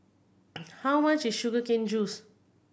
how much is sugar cane juice